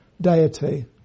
Deity